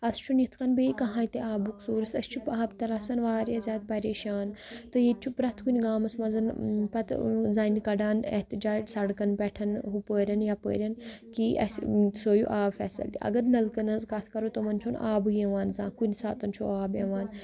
اَسہِ چھُنہٕ یِتھ کٔنۍ بیٚیہِ کٕہنۍ تہِ آبُک سورس أسۍ چھِ آب ترآسان واریاہ زیادٕ پریشان تہٕ ییٚتہِ چھُ پرٛٮ۪تھ کُنہِ گامَس منٛز پَتہٕ زَنہِ کَڑان احتِجاج سڑکَن پٮ۪ٹھ ہُپٲرۍ یَپٲرۍ کہِ اَسہِ تھٔیِو آب فیسَلٹی اگر نَلکَن ہِنٛز کَتھ کَرو تِمَن چھُنہٕ آبٕے یِوان زانٛہہ کُنہِ ساتَن چھُ آب یِوان